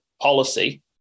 policy